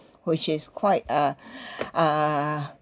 which is quite uh uh